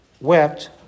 wept